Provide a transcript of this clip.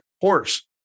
horse